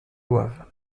boivent